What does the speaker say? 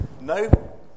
No